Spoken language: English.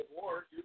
war